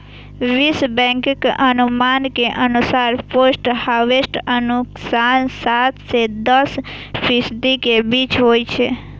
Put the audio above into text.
विश्व बैंकक अनुमान के अनुसार पोस्ट हार्वेस्ट नुकसान सात सं दस फीसदी के बीच होइ छै